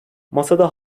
masada